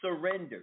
surrender